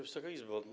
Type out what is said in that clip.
Wysoka Izbo!